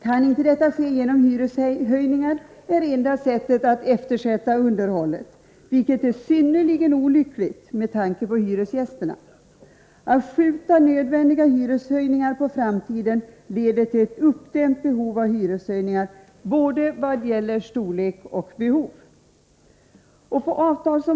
Kan detta inte ske genom hyreshöjningar är enda sättet att eftersätta underhållet, vilket är synnerligen olyckligt med tanke på hyresgästerna. Att skjuta nödvändiga hyreshöjningar på framtiden leder till ett uppdämt, ökande behov av allt större hyreshöjningar.